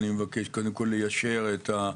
אני מבקש קודם כול ליישר או